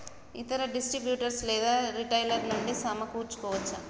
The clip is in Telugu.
ఇతర డిస్ట్రిబ్యూటర్ లేదా రిటైలర్ నుండి సమకూర్చుకోవచ్చా?